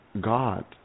God